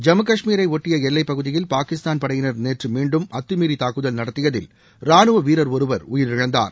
ஜம்மு கஷ்மீரை ஒட்டிய எல்லைப் பகுதியில் பாகிஸ்தான் படையினர் நேற்று மீண்டும் அத்துமீறி தாக்குதல் நடத்தியதில் ராணுவ வீரர் ஒருவர் உயிரிழந்தார்